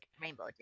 Rainbow